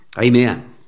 Amen